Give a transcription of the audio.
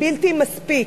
בלתי מספיק,